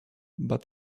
but